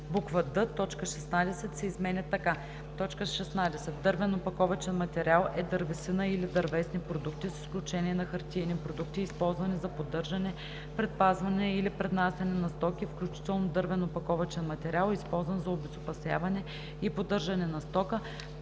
точка 16 се изменя така: „16. „Дървен опаковъчен материал“ е дървесина или дървесни продукти, с изключение на хартиени продукти, използвани за поддържане, предпазване или пренасяне на стоки, включително дървен опаковъчен материал, използван за обезопасяване и поддържане на стока,